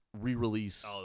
re-release